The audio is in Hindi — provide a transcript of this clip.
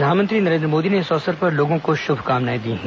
प्रधानमंत्री नरेन्द्र मोदी ने इस अवसर पर लोगों को शुभकामनायें दी हैं